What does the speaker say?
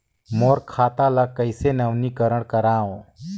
मोर खाता ल कइसे नवीनीकरण कराओ?